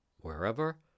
wherever